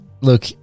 Look